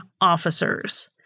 officers